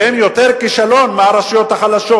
שהן יותר כישלון מהרשויות החלשות.